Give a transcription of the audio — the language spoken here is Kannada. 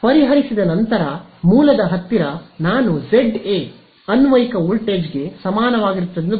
ಪರಿಹರಿಸಿದ ನಂತರ ಮೂಲದ ಹತ್ತಿರ ನಾನು ಜೆಡ್ a ಅನ್ವಯಿಕ ವೋಲ್ಟೇಜ್ಗೆ ಸಮಾನವಾಗಿರುತ್ತದೆ